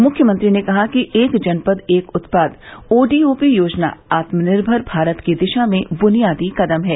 मुख्यमंत्री ने कहा कि एक जनपद एक उत्पाद ओडीओपी योजना आत्मनिर्भर भारत की दिशा में बुनियादी कृदम है